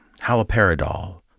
haloperidol